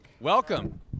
Welcome